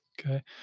Okay